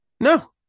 no